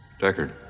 Deckard